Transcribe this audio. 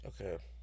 Okay